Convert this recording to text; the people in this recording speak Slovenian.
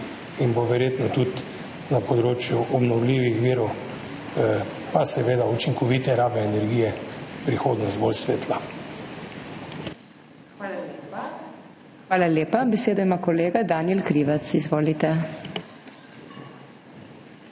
in bo verjetno tudi na področju obnovljivih virov, pa seveda učinkovite rabe energije, prihodnost bolj svetla. PODPREDSEDNICA MAG. MEIRA HOT: Hvala lepa. Besedo ima kolega Danijel Krivec. Izvolite.